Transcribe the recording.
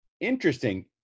Interesting